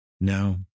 No